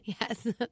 Yes